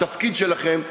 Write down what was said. את התפקיד שלכם כמנהיגים.